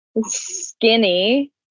skinny